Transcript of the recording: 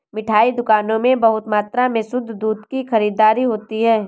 मिठाई दुकानों में बहुत मात्रा में शुद्ध दूध की खरीददारी होती है